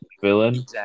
villain